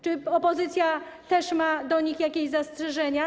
Czy opozycja też ma do nich jakieś zastrzeżenia?